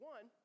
One